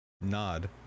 Nod